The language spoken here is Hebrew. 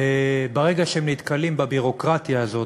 שברגע שהם נתקלים בביורוקרטיה הזאת,